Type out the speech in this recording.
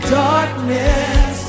darkness